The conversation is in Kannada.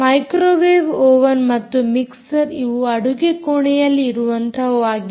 ಮೈಕ್ರೋವೇವ್ ಒವೆನ್ ಮತ್ತು ಮಿಕ್ಸರ್ ಇವು ಅಡುಗೆ ಕೋಣೆಯಲ್ಲಿ ಇರುವಂತಹವು ಆಗಿದೆ